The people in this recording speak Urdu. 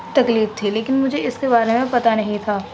تکلیف تھی لیکن مجھے اس کے بارے میں پتہ نہیں تھا